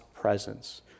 presence